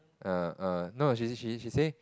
err err no she she she said